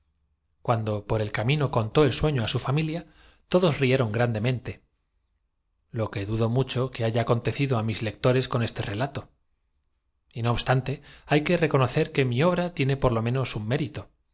cuando por el camino contó el vas sueño á su familia todos rieron grandemente lo que horror dudo mucho que haya acontecido á mis lectores con la muerte nos espera á todos en el caos este relato y no obstante hay que reconocer que mi el caos obra tiene por lo menos un mérito